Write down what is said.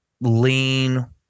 lean